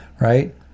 Right